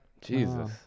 Jesus